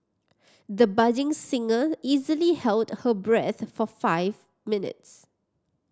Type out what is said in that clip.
the budding singer easily held her breath for five minutes